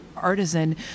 Artisan